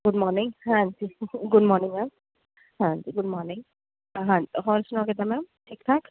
good morning ਹਾਂਜੀ good morning ma'am ਹਾਂਜੀ good morning ਹਾਜ ਹੋਰ ਸੁਣਾਓ ਕਿੱਦਾਂ ਮੈਮ ਠੀਕ ਠਾਕ